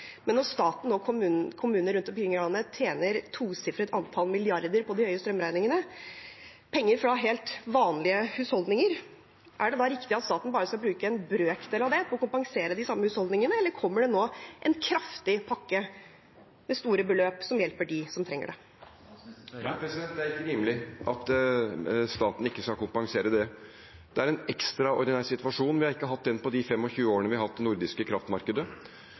tjener et tosifret antall milliarder på de høye strømregningene, penger fra helt vanlige husholdninger, synes da statsministeren at det er riktig og rettferdig at staten bare skal bruke en brøkdel av det på å kompensere de samme husholdningene? Eller kommer det nå en kraftig pakke, med store beløp, som hjelper dem som trenger det? Nei, det er ikke rimelig at staten ikke skal kompensere det. Det er en ekstraordinær situasjon. Vi har ikke hatt en slik situasjon på de 25 årene vi har hatt det nordiske kraftmarkedet,